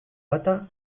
bata